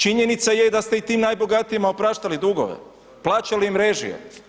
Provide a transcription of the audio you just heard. Činjenica je da ste i tim najbogatijima opraštali dugove, plaćali im režije.